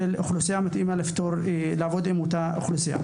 כך שהצוותים יוכלו לעבוד עם כלל האוכלוסייה.